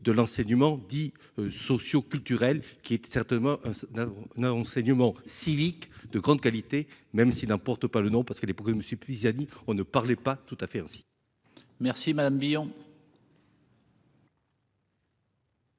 de l'enseignement dit socio-culturels qui est certainement n'a enseignement civique de grande qualité, même s'il n'importe pas le nom parce que les propos, monsieur, puis il a dit, on ne parlait pas tout à fait aussi. Merci madame Billon.